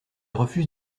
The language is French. refuse